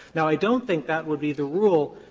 now, i don't think that would be the rule,